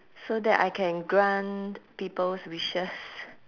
so that I can grant people's wishes